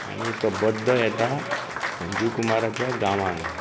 आनी तो बद्द येता संजीव कुमाराच्या गांवांत